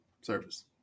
service